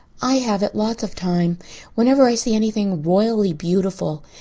i have it lots of time whenever i see anything royally beautiful.